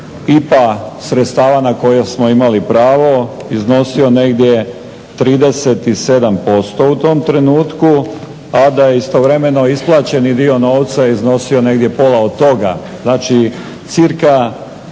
IPA sredstava na koje smo imali pravo iznosio negdje 37% u tom trenutku, a da je istovremeno isplaćeni dio novca iznosio negdje pola od toga. Znači cca